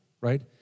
right